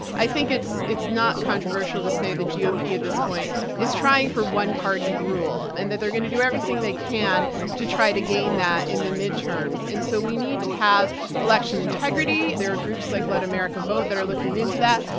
i think it's it's not controversial to say the gop ah at this point is trying for one party rule, and and that they're going to do everything they can to try to gain that in the midterms. and so we need to have election integrity. there are groups like let america votethat are looking into that,